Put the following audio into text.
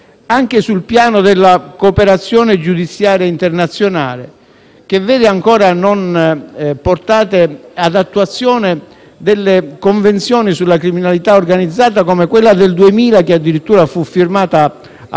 anche sul piano della cooperazione giudiziaria internazionale, che vede ancora non portate ad attuazione alcune Convenzioni sulla criminalità organizzata, come quella del 2000, che addirittura fu firmata a